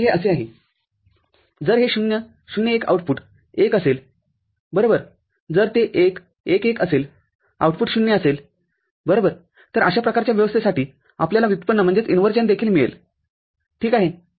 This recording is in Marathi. तर हे आहे जर हे ० ० १ आउटपुट१ असेल बरोबर जर ते १ १ १ असेल आउटपुट० असेल बरोबर तर अशा प्रकारच्या व्यवस्थेसाठी आपल्याला व्युत्पन्न देखील मिळेल ठीक आहे